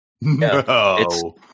no